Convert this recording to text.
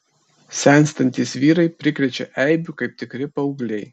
senstantys vyrai prikrečia eibių kaip tikri paaugliai